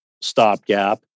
stopgap